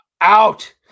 out